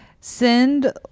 Send